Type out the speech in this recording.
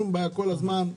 שום בעיה, כל הזמן?